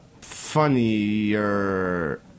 funnier